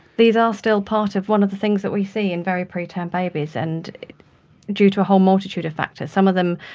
these are still part of one of the things that we see in a very preterm babies, and due to a whole multitude of factors, some of them